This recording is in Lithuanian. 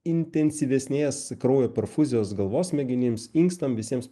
intensyvesnės kraujo perfūzijos galvos smegenims inkstam visiems